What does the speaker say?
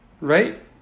right